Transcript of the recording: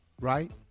right